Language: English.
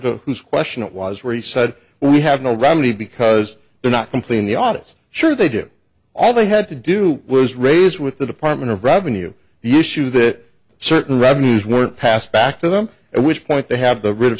to whose question it was where he said we have no romney because they're not completing the office sure they do all they had to do was raise with the department of revenue the issue that certain revenues were passed back to them at which point they have the writ of